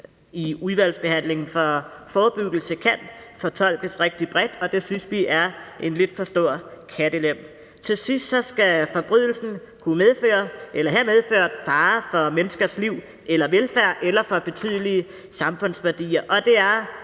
i udvalgsbehandlingen. For forebyggelse kan fortolkes rigtig bredt, og det synes vi er en lidt for stor kattelem. Til sidst skal forbrydelsen kunne medføre eller have medført fare for menneskers liv eller velfærd eller for betydelige samfundsværdier, og det er